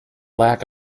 lack